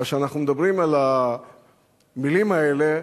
כאשר אנחנו מדברים על המלים האלה,